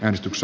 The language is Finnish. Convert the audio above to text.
äänestys